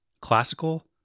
Classical